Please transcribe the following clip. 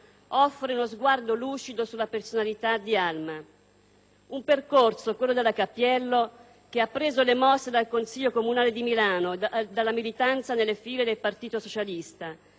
offre uno sguardo lucido sulla personalità di Alma: «Un percorso, quello della Cappiello, che ha preso le mosse dal Consiglio comunale di Milano e dalla militanza nelle file del Partito Socialista,